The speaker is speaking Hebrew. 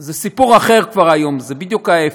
זה סיפור אחר כבר היום, זה בדיוק ההפך.